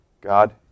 God